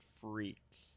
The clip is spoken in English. freaks